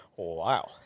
Wow